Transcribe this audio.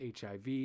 HIV